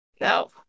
No